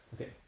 Okay